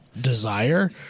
desire